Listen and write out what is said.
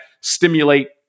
stimulate